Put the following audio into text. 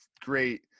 great